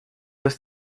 dass